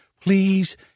please